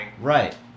Right